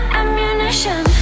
ammunition